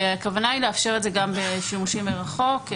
והכוונה היא לאפשר את זה גם בשימושים מרחוק.